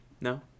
No